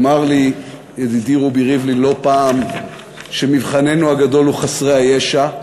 אמר לי ידידי רובי ריבלין לא פעם שמבחננו הגדול הוא חסרי הישע.